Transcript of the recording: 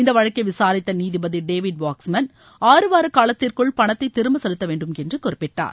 இந்த வழக்கை விசாரித்த நீதிபதி டேவிட் வாக்ஸ்மேன் ஆறு வார காலத்திற்குள் பணத்தை திரும்ப செலுத்த வேண்டும் என்று குறிப்பிட்டார்